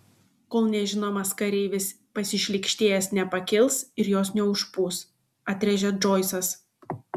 kol nežinomas kareivis pasišlykštėjęs nepakils ir jos neužpūs atrėžė džoisas